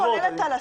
שוללת על הסף.